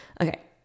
Okay